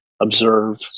Observe